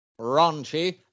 raunchy